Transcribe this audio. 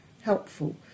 helpful